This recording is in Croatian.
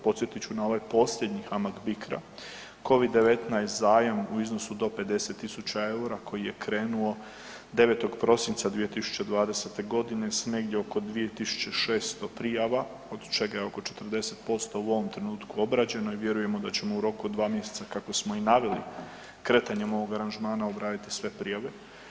Podsjetit ću na ovaj posljednji HAMAG BICRA Covid-19 zajam u iznosu do 50.000 EUR-a koji je krenuo 9. prosinca 2020. godine s negdje oko 2.600 prijava od čeka je oko 40% u ovom trenutku obrađeno i vjerujemo da ćemo u roku od 2 mjeseca kako samo i naveli kretanjem ovog aranžmana obraditi sve prijave.